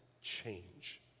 change